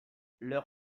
leur